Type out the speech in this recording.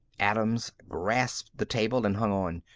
adams grasped the table and hung on.